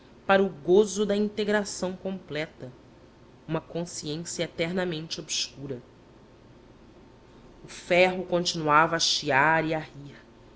para o gozo da integração completa uma consciência eternamente obscura o ferro continuava a chiar e a